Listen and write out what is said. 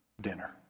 dinner